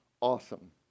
awesome